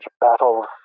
battles